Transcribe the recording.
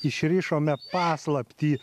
išrišome paslaptį